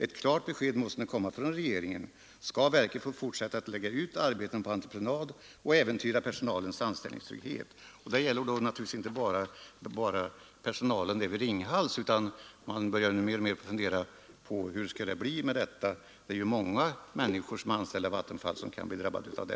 Ett klart besked måste nu komma från regeringen: Ska verket få fortsätta att lägga ut arbeten på entreprenad och äventyra personalens anställningstrygghet?” Det här gäller naturligtvis inte bara personalen vid Ringhals, utan man börjar mer och mer fundera på hur det skall bli med detta även på andra platser. Det är ju många människor som är anställda vid Vattenfall och kan bli drabbade.